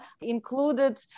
included